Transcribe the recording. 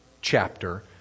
chapter